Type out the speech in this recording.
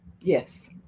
yes